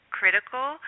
critical